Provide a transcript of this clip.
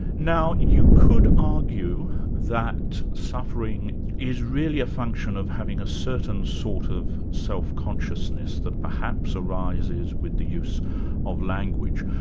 now you could argue that suffering is really a function of having a certain sort of self-consciousness that perhaps arises with the use of language.